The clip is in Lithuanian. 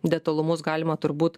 detalumus galima turbūt